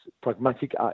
pragmatic